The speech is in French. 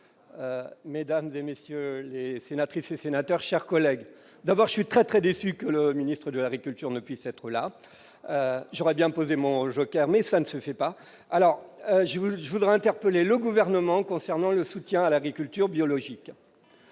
mesdames et messieurs les sénatrices et sénateurs, chers collègues, d'abord, je suis très très déçu que le ministre de l'agriculture ne puisse être là, j'aimerais bien poser mon joker, mais ça ne se fait pas, alors je je voudrais interpeller le gouvernement concernant le soutien à l'agriculture biologique.